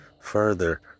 further